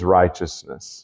righteousness